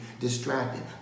distracted